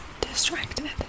distracted